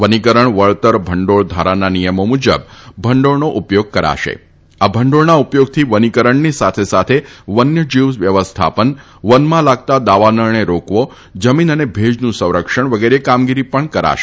વનીકરણ વળતર ભંડોળ ધારાના નિયમો મુજબ ભંડોળનો ઉપયોગ કરાશેઆ ભંડોળના ઉપયોગથી સાથે વન્યજીવ વ્યવસ્થાપન વનીકરણની સાથે વનમાં લાગતા દાવાનળને રોકવો જમીન અને ભેજનું સંરક્ષણ વગેરે કામગીરી પણ કરાશે